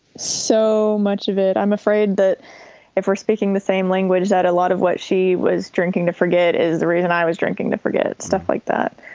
so much of it, i'm afraid that if we're speaking the same language, that a lot of what she was drinking to forget is the reason i was drinking to forget stuff like that